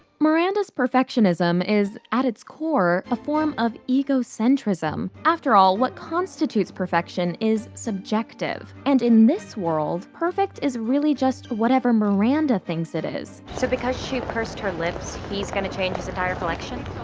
miranda's perfectionism is, at its core, a form of egocentrism. after all, what constitutes perfection is subjective. and in this world, perfect is really just whatever miranda thinks it is. so because she pursed her lips, he's gonna change his entire collection?